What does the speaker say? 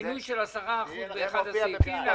שינוי של 10% באחד הסעיפים,